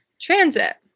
transit